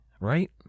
right